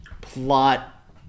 plot